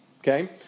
Okay